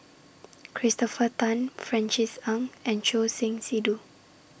Christopher Tan Francis Ng and Choor Singh Sidhu